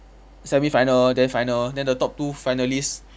semifinal then final then the top two finalist